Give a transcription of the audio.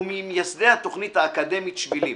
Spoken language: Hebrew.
וממייסדי התוכנית האקדמית שבילים